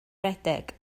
redeg